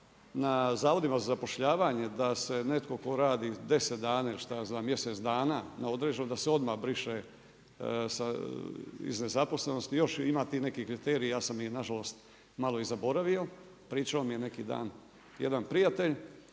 na Zavodima za zapošljavanje, da se netko tko radi 10 dana, ili šta ja znam, mjesec dana na određeno, da se odmah briše sa, iz nezaposlenosti, još ima tih nekih kriterija, ja sam ih nažalost malo i zaboravio, pričao mi je neki dan jedan prijatelj,